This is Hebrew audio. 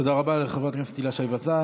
תודה רבה לחבר הכנסת הילה שי וזאן.